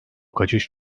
kaçış